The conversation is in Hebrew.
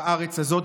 בארץ הזאת,